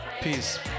Peace